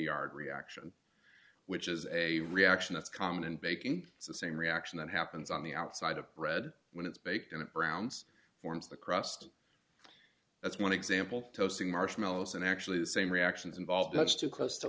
yard reaction which is a reaction that's common in baking so the same reaction that happens on the outside of bread when it's baked in a browns forms the crust that's one example toasting marshmallows and actually the same reactions involved that's too close to